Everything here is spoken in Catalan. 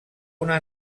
una